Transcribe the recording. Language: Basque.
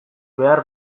behar